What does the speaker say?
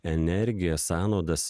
energiją sąnaudas